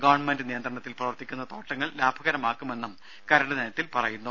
government നിയന്ത്രണത്തിൽ പ്രവർത്തിക്കുന്ന തോട്ടങ്ങൾ ലാഭകരമാക്കുമെന്നും കരട് നയത്തിൽ പറയുന്നു